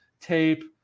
tape